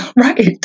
Right